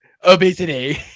obesity